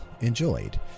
enjoyed